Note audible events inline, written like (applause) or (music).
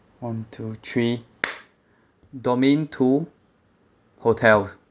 one two three (noise) domain two hotel